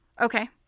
Okay